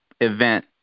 event